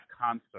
concert